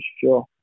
sure